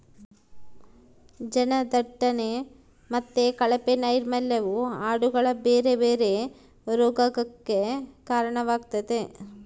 ಜನದಟ್ಟಣೆ ಮತ್ತೆ ಕಳಪೆ ನೈರ್ಮಲ್ಯವು ಆಡುಗಳ ಬೇರೆ ಬೇರೆ ರೋಗಗಕ್ಕ ಕಾರಣವಾಗ್ತತೆ